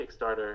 Kickstarter